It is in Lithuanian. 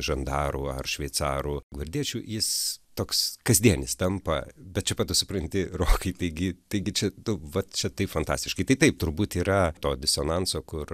žandarų ar šveicarų gvardiečių jis toks kasdienis tampa bet čia pat tu supranti rokai taigi taigi čia tu va čia tai fantastiškai tai taip turbūt yra to disonanso kur